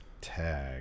Tag